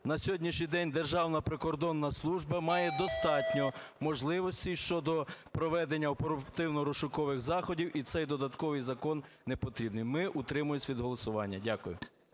на сьогоднішній день, Державна прикордонна служба має достатньо можливостей щодо проведення оперативно-розшукових заходів і цей додатковий закон непотрібний. Ми утримуємося від голосування. Дякую.